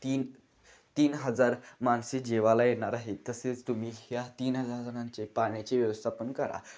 तीन तीन हजार माणसे जेवायला येणार आहे तसेच तुम्ही ह्या तीन हजार जणांचे पाण्याचे व्यवस्थापन करा